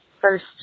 first